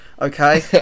okay